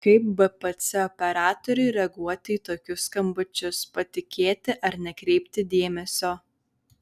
kaip bpc operatoriui reaguoti į tokius skambučius patikėti ar nekreipti dėmesio